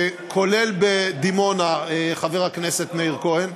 כולל בדימונה, חבר הכנסת מאיר כהן,